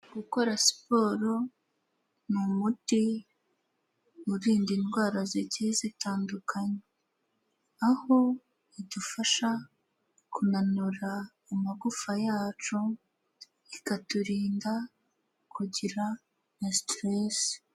Gukora siporo n'umuti muririnda indwara zigiye zitandukanye. Aho idufasha kunanura amagufa yacu, ikaturinda kugira na siturese.